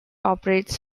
operates